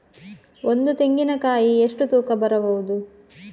ಒಂದು ತೆಂಗಿನ ಕಾಯಿ ಎಷ್ಟು ತೂಕ ಬರಬಹುದು?